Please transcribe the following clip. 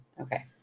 Okay